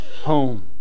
home